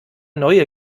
neue